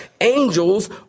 Angels